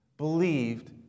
Believed